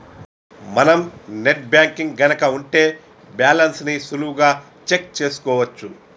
మనం net banking గనక ఉంటే బ్యాలెన్స్ ని సులువుగా చెక్ చేసుకోవచ్చు